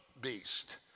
beast